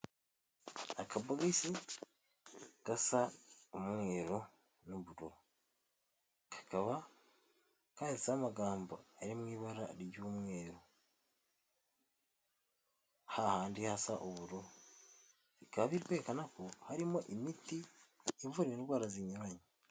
Akabogisi gasa umweru n'ubururu kakaba kanditseho amagambo ari mu ibara ry'umweru hahandi hasa ubururu bikaba biri kwerekana ko harimo imiti ivura indwara zinyuranye.